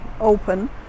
open